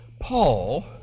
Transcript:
Paul